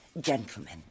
Gentlemen